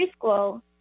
preschool